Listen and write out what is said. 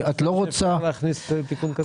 אתם חושבים שצריך להכניס תיקון כזה?